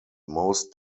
most